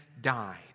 died